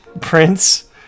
prince